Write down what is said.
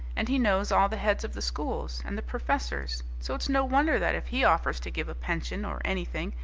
and he knows all the heads of the schools, and the professors, so it's no wonder that if he offers to give a pension, or anything,